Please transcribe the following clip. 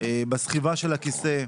בסחיבה של הכיסא,